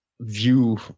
view